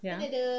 ya